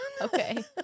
Okay